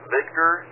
Victor